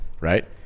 right